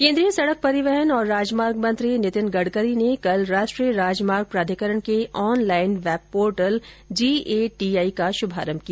केन्द्रीय सड़क परिवहन और राजमार्ग मंत्री नितिन गडकरी ने कल राष्ट्रीय राजमार्ग प्राधिकरण के online web portal G A T I का शुभारम्भ किया